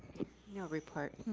no report.